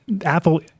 Apple